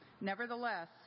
Nevertheless